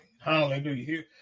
hallelujah